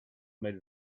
made